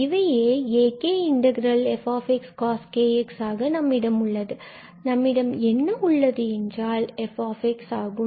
இவையே akf cos kx dx ஆக உள்ளது எனவே நம்மிடம் என்ன உள்ளது என்றால் f ஆகும்